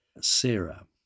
Sarah